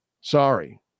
Sorry